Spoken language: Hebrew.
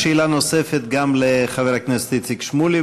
שאלה נוספת גם לחבר הכנסת איציק שמולי,